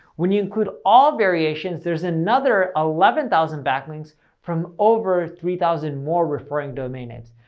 when you include all variations, there's another eleven thousand backlinks from over three thousand more referring domain names.